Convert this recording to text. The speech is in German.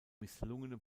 misslungene